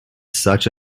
such